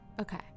Okay